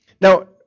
Now